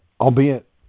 Albeit